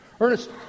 Ernest